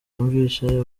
yumvise